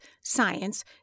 science